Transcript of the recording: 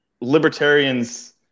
libertarians